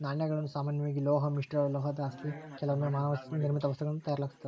ನಾಣ್ಯಗಳನ್ನು ಸಾಮಾನ್ಯವಾಗಿ ಲೋಹ ಮಿಶ್ರಲೋಹುದ್ಲಾಸಿ ಕೆಲವೊಮ್ಮೆ ಮಾನವ ನಿರ್ಮಿತ ವಸ್ತುಗಳಿಂದ ತಯಾರಿಸಲಾತತೆ